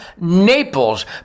Naples